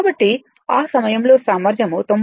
కాబట్టి ఆ సమయంలో సామర్థ్యం 99